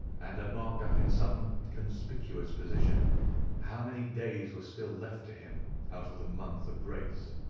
and had marked up in some conspicuous position how many days were still left to him out of the month of grace.